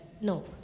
no